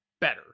better